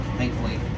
thankfully